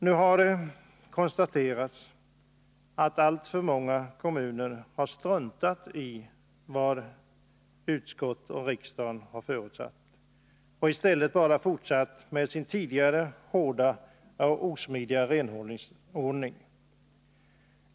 Nu har det konstaterats att alltför många kommuner har struntat i vad utskottet och riksdagen förutsatte och i stället bara fortsatt med sin tidigare, hårda och osmidiga renhållningsordning.